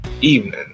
evening